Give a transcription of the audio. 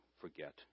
forget